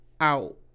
out